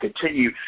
continue